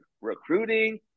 Recruiting